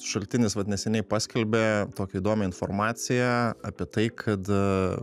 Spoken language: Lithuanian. šaltinis vat neseniai paskelbė tokią įdomią informaciją apie tai kad